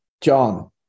John